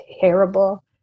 terrible